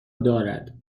دارد